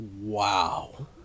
wow